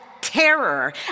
terror